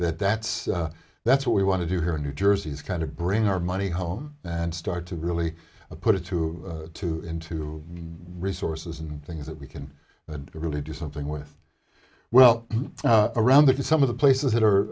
that that's that's what we want to do here in new jersey is kind of bring our money home and start to really put it to to into resources and things that we can really do something with well around that in some of the places that are